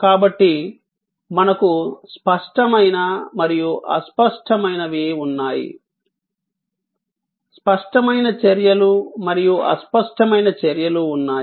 కాబట్టి మనకు స్పష్టమైన మరియు అస్పష్టమైనవి ఉన్నాయి స్పష్టమైన చర్యలు మరియు అస్పష్టమైన చర్యలు ఉన్నాయి